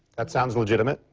that sounds legitimate.